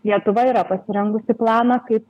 lietuva yra pasirengusi planą kaip